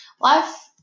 Life